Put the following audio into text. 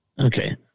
Okay